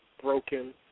broken